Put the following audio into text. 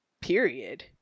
period